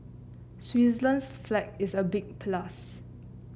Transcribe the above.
Switzerland's flag is a big plus